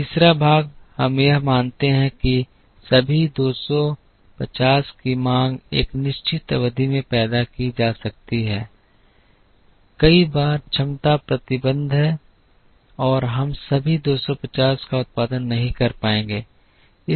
तीसरा भाग हम यह मानते हैं कि सभी दो सौ पचास की मांग एक निश्चित अवधि में पैदा की जा सकती है कई बार क्षमता प्रतिबंध हैं और हम सभी 250 का उत्पादन नहीं कर पाएंगे